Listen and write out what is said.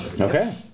Okay